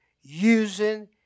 using